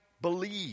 believe